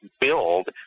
build